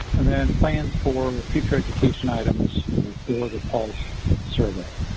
and then plans for future education items for the pulse survey.